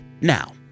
now